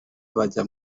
bajya